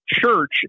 church